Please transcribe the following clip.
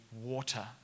water